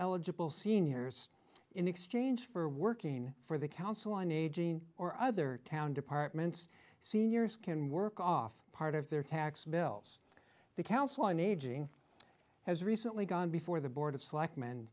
eligible seniors in exchange for working for the council on aging or other town departments seniors can work off part of their tax bills the council on aging has recently gone before the board of selectmen